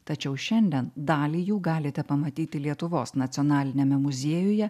tačiau šiandien dalį jų galite pamatyti lietuvos nacionaliniame muziejuje